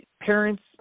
parents